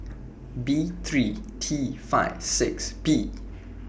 B three T five six P